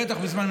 בטח בזמן מלחמה,